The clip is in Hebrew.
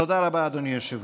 תודה רבה, אדוני היושב-ראש.